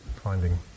finding